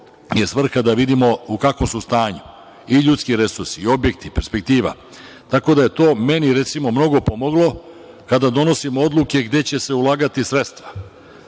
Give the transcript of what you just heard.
je svrha da vidimo u kakvom su stanju i ljudski resursi i objekti i perspektiva. Tako da je to meni recimo mnogo pomoglo kada donosimo odluke gde će se ulagati sredstva.